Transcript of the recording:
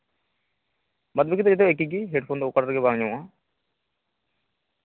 ᱵᱟᱫᱽᱵᱟᱹᱠᱤ ᱫᱚ ᱡᱚᱛᱚ ᱮᱠᱤᱜᱮ ᱦᱮᱰᱯᱷᱳᱱ ᱫᱚ ᱚᱠᱟᱨᱮᱜᱮ ᱵᱟᱝ ᱧᱟᱢᱚᱜᱼᱟ